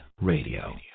Radio